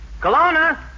Kelowna